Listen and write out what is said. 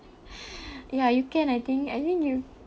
ya you can I think I think you